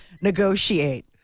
negotiate